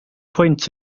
pwynt